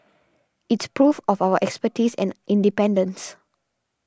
it's proof of our expertise and independence